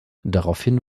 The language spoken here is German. daraufhin